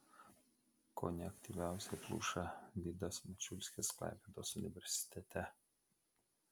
kone aktyviausiai pluša vidas mačiulskis klaipėdos universitete